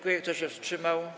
Kto się wstrzymał?